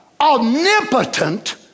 Omnipotent